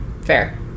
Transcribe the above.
Fair